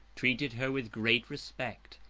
treated her with great respect,